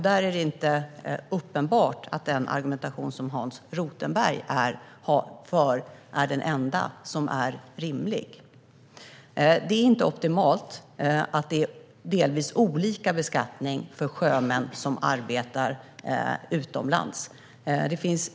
Det är inte uppenbart att den argumentation som Hans Rothenberg för är den enda rimliga. Det är inte optimalt att det delvis är olika beskattning för sjömän som arbetar utomlands.